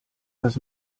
das